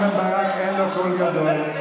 לרם בן ברק אין קול גדול,